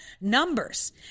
numbers